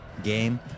game